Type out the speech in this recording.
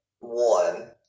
one